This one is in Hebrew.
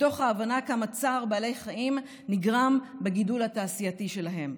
מתוך ההבנה כמה צער בעלי חיים נגרם בגידול התעשייתי שלהן.